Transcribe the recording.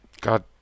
god